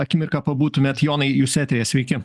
akimirką pabūtumėt jonai jūs eteryje sveiki